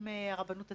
וגם עם הרבנות עצמה,